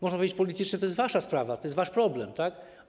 Można powiedzieć, że politycznie to jest wasza sprawa, to jest wasz problem, tak?